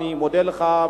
אני מודה לך,